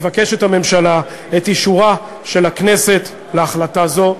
הממשלה מבקשת את אישור הכנסת להחלטה זו.